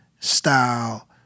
style